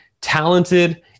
talented